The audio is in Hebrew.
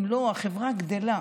אם לא, החברה גדלה.